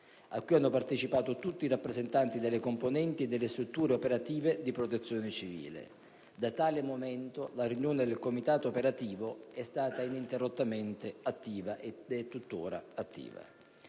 a cui hanno partecipato tutti i rappresentanti delle componenti e delle strutture operative di Protezione civile. Da tale momento la riunione del Comitato operativo è stata ininterrottamente attiva, e lo è tuttora.